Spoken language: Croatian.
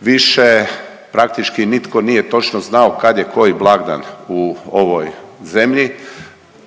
više praktički nitko nije točno znao kad je koji blagdan u ovoj zemlji.